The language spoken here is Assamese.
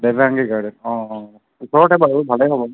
দেবাংগী গাৰ্ডেন ওচৰতে বাৰু ভালে হ'ব